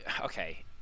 okay